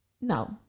No